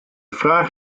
fraach